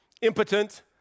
impotent